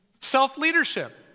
Self-leadership